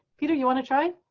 peter, you want to try?